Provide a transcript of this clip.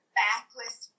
backless